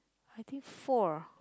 I think four ah